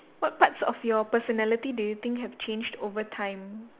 what parts of your personality do you think have changed over time